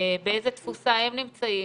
באיזה תפוסה הם נמצאים,